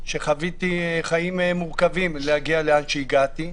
שחוויתי חיים מורכבים להגיע לאן שהגעתי,